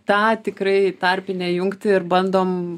tą tikrai tarpinę jungtį ir bandom